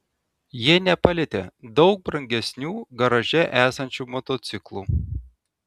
jie nepalietė daug brangesnių garaže esančių motociklų